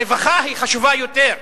רווחה חשובה יותר.